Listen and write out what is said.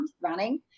running